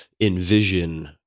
envision